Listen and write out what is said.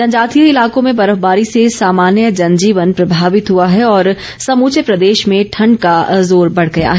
जनजातीय इलाकों में बर्फबारी से सामान्य जनजीवन प्रभावित हुआ है और समूचे प्रदेश में ठंड का जोर बढ़ गया है